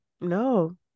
no